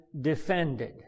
defended